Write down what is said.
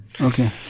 Okay